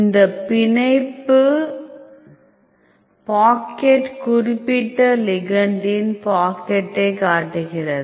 இந்த பிணைப்பு பாக்கெட் குறிப்பிட்ட லிகெண்டின் பாக்கெட்டை காட்டுகிறது